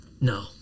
No